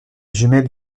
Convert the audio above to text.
jumelles